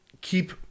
keep